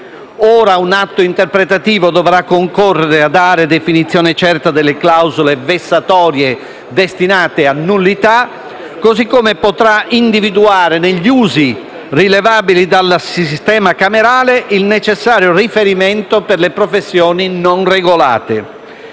Ora un atto interpretativo dovrà concorrere a dare definizione certa delle clausole vessatorie destinate a nullità, così come potrà individuare negli usi rilevabili dal sistema camerale il necessario riferimento per le professioni non regolate.